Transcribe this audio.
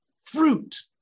fruit